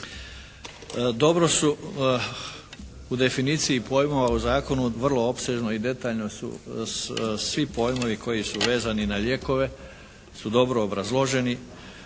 Dobro su u definiciji pojmova u zakonu vrlo opsežno i detaljno svi pojmovi koji su vezani na lijekove su dobro obrazloženi,